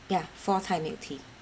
ya four thai milk tea